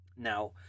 Now